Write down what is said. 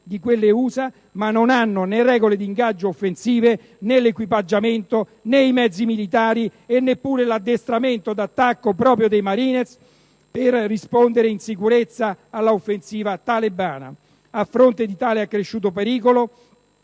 statunitensi, ma non hanno né regole d'ingaggio offensive, né l'equipaggiamento, né i mezzi militari e neppure l'addestramento d'attacco proprio dei *marines* per rispondere in sicurezza alla controffensiva talebana. A fronte di tale accresciuto pericolo,